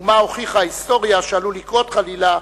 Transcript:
ומה הוכיחה ההיסטוריה שעלול לקרות, חלילה,